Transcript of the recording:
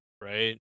right